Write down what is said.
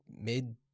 mid